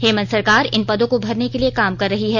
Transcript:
हेमन्त सरकार इन पदों को भरने के लिए काम कर रही है